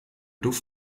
duft